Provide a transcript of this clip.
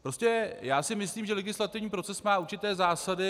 Prostě já si myslím, že legislativní proces má určité zásady.